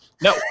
No